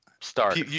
start